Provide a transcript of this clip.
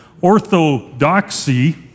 Orthodoxy